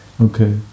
Okay